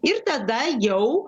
ir tada jau